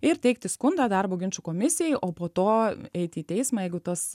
ir teikti skundą darbo ginčų komisijai o po to eiti į teismą jeigu tas